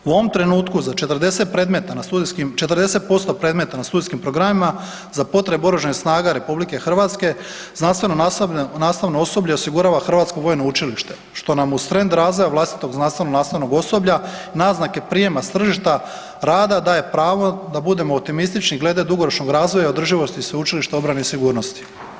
U ovom trenutku, za 40% predmeta na studijskim programima za potrebu Oružanih snaga RH znanstveno-nastavno osoblje osigurava Hrvatsko vojno učilište što nam uz trend razvoja vlastitog znanstveno-nastavnog osoblja naznake prijema s tržišta rada daje pravo da budemo optimistični glede dugoročnog razvoja i održivosti Sveučilišta obrane i sigurnosti.